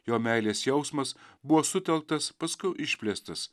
jo meilės jausmas buvo sutelktas paskui išplėstas